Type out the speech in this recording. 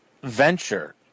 venture